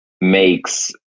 makes